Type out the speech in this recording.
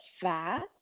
fast